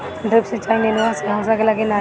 Drip सिंचाई नेनुआ में हो सकेला की नाही?